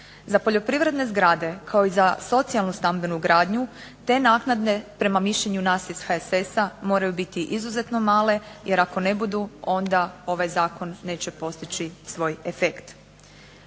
Za poljoprivredne zgrade, kao i za socijalnu stambenu gradnju te naknade prema mišljenju nas iz HSS-a moraju biti izuzetno male, jer ako ne budu onda ovaj zakon neće postići svoj efekt.